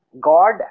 God